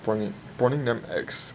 prawning prawning damn ex